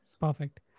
Perfect